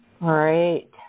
right